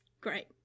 Great